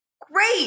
great